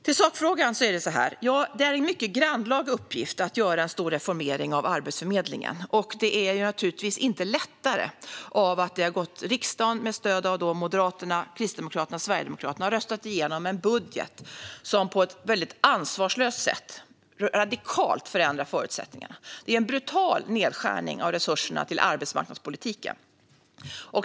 I sakfrågan är det så här: Ja, det är en mycket grannlaga uppgift att göra en stor reformering av Arbetsförmedlingen, och det gör det naturligtvis inte lättare att riksdagen med stöd av Moderaterna, Kristdemokraterna och Sverigedemokraterna har röstat igenom en budget som på ett väldigt ansvarslöst sätt radikalt förändrar förutsättningarna. Det är en brutal nedskärning av resurserna till arbetsmarknadspolitiken.